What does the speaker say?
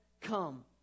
come